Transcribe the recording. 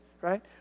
right